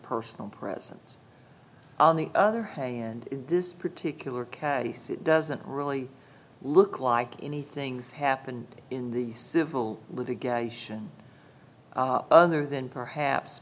personal presence on the other hand this particular case it doesn't really look like anything's happened in the civil litigation other than perhaps